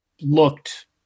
looked